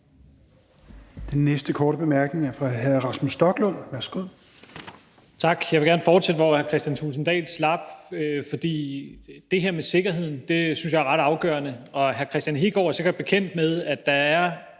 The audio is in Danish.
Den næste korte bemærkning er fra hr. Rasmus Stoklund. Værsgo. Kl. 14:35 Rasmus Stoklund (S): Tak. Jeg vil gerne fortsætte, hvor hr. Kristian Thulesen Dahl slap, for det her med sikkerheden synes jeg er ret afgørende, og hr. Kristian Hegaard er sikkert bekendt med, at der er